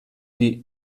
die